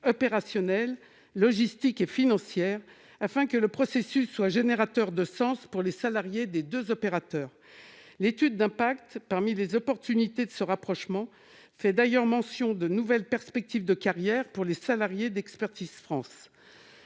opérationnelles, logistiques et financières, afin que le processus soit générateur de sens pour les salariés des deux opérateurs. Parmi ces opportunités, l'étude d'impact fait mention de nouvelles perspectives de carrière pour les salariés d'Expertise France.